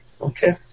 Okay